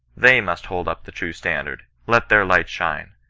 they must hold up the true standard, let their light shine,